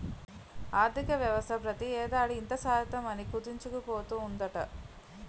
ఆర్థికవ్యవస్థ ప్రతి ఏడాది ఇంత శాతం అని కుదించుకుపోతూ ఉందట